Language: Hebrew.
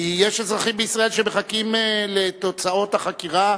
כי יש אזרחים בישראל שמחכים לתוצאות החקירה,